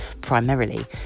primarily